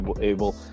Able